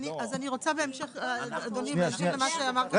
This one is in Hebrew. בהמשך למה שאמרת,